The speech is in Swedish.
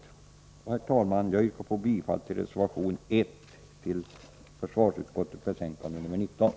Herr talman! Jag yrkar bifall till reservation 1 i försvarsutskottets betänkande nr 19.